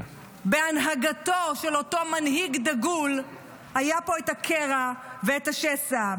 בהנהגתו של אותו מנהיג דגול היה פה הקרע והשסע,